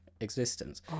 existence